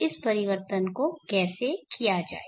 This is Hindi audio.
इस परिवर्तन को कैसे किया जाए